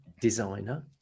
designer